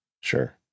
Sure